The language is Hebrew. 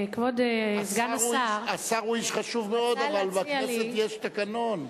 השר הוא איש חשוב מאוד, אבל בכנסת יש תקנון.